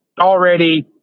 already